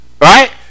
Right